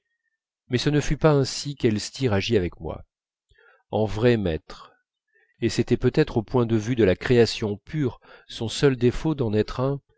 mais ce ne fut pas ainsi qu'elstir agit avec moi en vrai maître et c'était peut-être au point de vue de la création pure son seul défaut d'en être un